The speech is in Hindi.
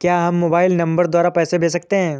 क्या हम मोबाइल नंबर द्वारा पैसे भेज सकते हैं?